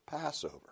Passover